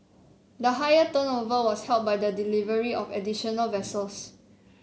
the higher turnover was helped by the delivery of additional vessels